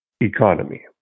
economy